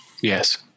Yes